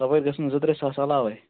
تَپٲرۍ گَژھن زٕ ترٛےٚ ساس علاوَے